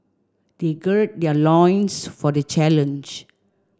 they gird their loins for the challenge